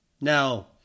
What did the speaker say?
Now